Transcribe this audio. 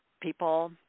people